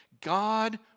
God